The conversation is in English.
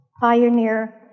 pioneer